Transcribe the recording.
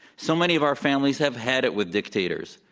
so many of our families have had it with dictators.